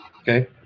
Okay